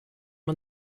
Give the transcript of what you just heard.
man